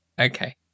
Okay